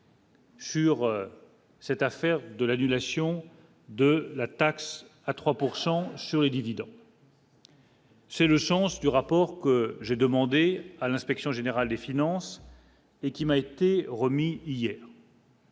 Sur cette affaire de l'annulation de la taxe à 3 pourcent sur sur les dividendes. C'est le sens du rapport que j'ai demandé à l'Inspection générale des finances et qui m'a été remis hier.